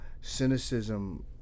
cynicism